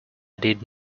didn’t